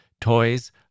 toys